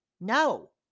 No